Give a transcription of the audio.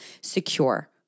secure